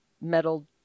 metal